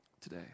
today